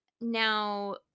Now